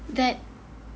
that